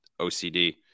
ocd